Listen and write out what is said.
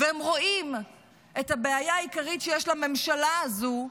הם רואים את הבעיה העיקרית שיש לממשלה הזאת,